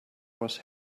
was